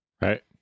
right